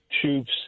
troops